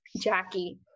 Jackie